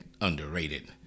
underrated